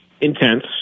intense